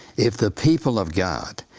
if the people of god,